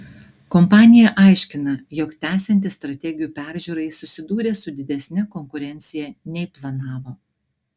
kompanija aiškina jog tęsiantis strategijų peržiūrai susidūrė su didesne konkurencija nei planavo